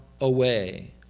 away